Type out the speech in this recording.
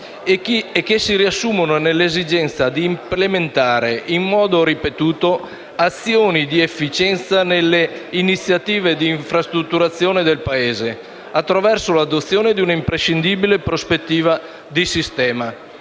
e che si riassumono nell’esigenza di implementare in modo ripetuto azioni di efficienza nelle iniziative di infrastrutturazione del Paese, attraverso l’adozione di una imprescindibile prospettiva di sistema.